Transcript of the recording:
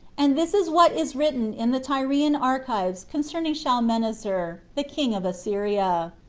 and this is what is written in the tyrian archives concerning shalmaneser, the king of assyria.